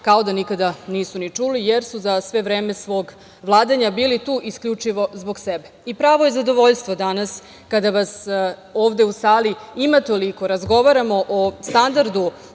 kao da nikada nisu ni čuli jer su za sve vreme svog vladanja bili tu isključivo zbog sebe. Pravo je zadovoljstvo danas kada vas ovde u sali ima toliko, razgovaramo o standardu,